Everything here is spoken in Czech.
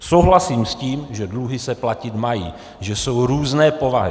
Souhlasím s tím, že dluhy se platit mají, že jsou různé povahy.